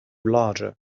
larger